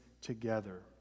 together